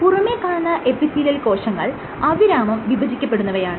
പുറമെ കാണുന്ന എപ്പിത്തീലിയൽ കോശങ്ങൾ അവിരാമം വിഭജിക്കപ്പെടുന്നവയാണ്